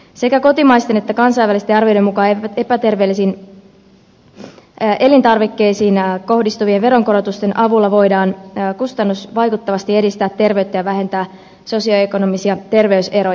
sekä kotimaisten että kansainvälisten arvioiden mukaan epäterveellisiin elintarvikkeisiin kohdistuvien veronkorotusten avulla voidaan kustannusvaikuttavasti edistää terveyttä ja vähentää sosioekonomisia ter veyseroja